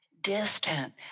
distant